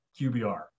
QBR